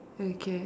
okay